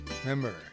Remember